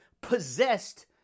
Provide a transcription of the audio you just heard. possessed